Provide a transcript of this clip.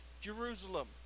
Jerusalem